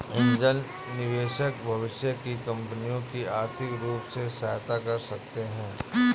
angel निवेशक भविष्य की कंपनियों की आर्थिक रूप से सहायता कर सकते हैं